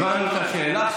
הבנו את השאלה,